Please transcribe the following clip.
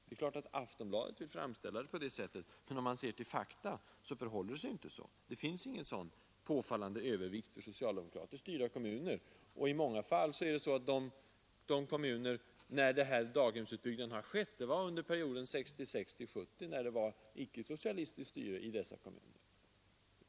Det är klart att Aftonbladet vill framställa saken på det sättet, men fakta visar att det inte förhåller sig så. Det finns ingen sådan påfallande övervikt för socialdemokratiskt styrda kommuner. I många fall har den här utbyggnaden av daghemmen skett under perioden 1966—1970, när det var icke-socialistiskt styre i dessa kommuner.